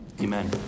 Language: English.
Amen